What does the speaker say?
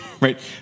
right